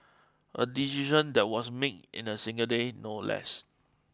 a decision that was made in a single day no less